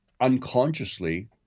unconsciously